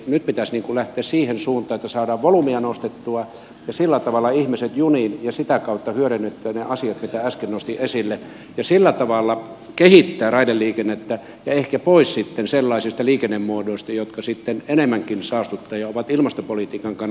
nyt pitäisi lähteä siihen suuntaan että saadaan volyymiä nostettua ja sillä tavalla ihmiset juniin ja sitä kautta hyödynnettyä ne asiat mitä äsken nostin esille sillä tavalla kehittää raideliikennettä ja ehkä pois sellaisista liikennemuodoista jotka enemmänkin saastuttavat ja ovat ilmastopolitiikan kannalta eriarvoisia